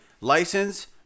license